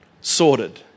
sorted